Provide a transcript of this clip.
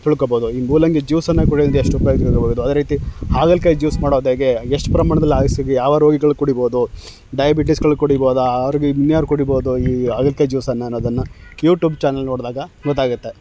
ತಿಳ್ಕೊಬೋದು ಈ ಮೂಲಂಗಿ ಜ್ಯೂಸನ್ನು ಕುಡಿಯೋದರಿಂದ ಎಷ್ಟು ಉಪಯುಕ್ತ ಇರ್ಬೋದು ಅದೇ ರೀತಿ ಹಾಗಲ್ಕಾಯಿ ಜ್ಯೂಸ್ ಮಾಡೋದ್ಹೇಗೆ ಎಷ್ಟು ಪ್ರಮಾಣ್ದಲ್ಲಿ ಆಯಸ್ಸಿಗೆ ಯಾವ ರೋಗಿಗಳು ಕುಡಿಬೋದು ಡಯಾಬಿಟೀಸುಗಳು ಕುಡಿಬೋದ ಆರೋಗ್ಯ ಇನ್ಯಾರು ಕುಡಿಬೋದು ಈ ಹಾಗಲ್ಕಾಯಿ ಜ್ಯೂಸನ್ನು ಅನ್ನೋದನ್ನು ಯೂಟ್ಯೂಬ್ ಚಾನಲ್ ನೋಡಿದಾಗ ಗೊತ್ತಾಗುತ್ತೆ